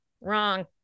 wrong